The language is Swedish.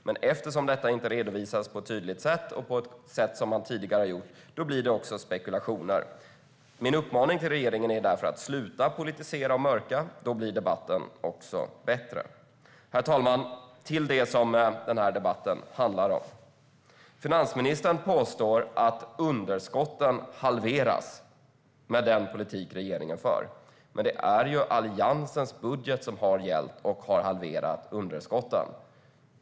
Men eftersom det inte redovisas på ett tydligt sätt och på det sätt som man tidigare har gjort blir det också spekulationer. Min uppmaning till regeringen är därför att sluta politisera och mörka. Då blir debatten också bättre. Herr talman! Den här debatten handlar om att finansministern påstår att underskotten halveras med den politik regeringen för. Men det är Alliansens budget som har gällt och som har halverat underskotten.